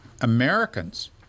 Americans